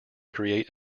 create